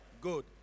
Good